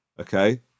okay